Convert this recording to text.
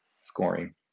scoring